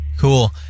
Cool